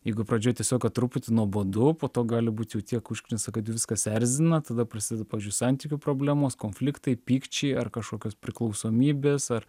jeigu pradžioj tiesiog kad truputį nuobodu po to gali būt jau tiek užknisa kad viskas erzina tada prasideda pavyzdžiui santykių problemos konfliktai pykčiai ar kažkokios priklausomybės ar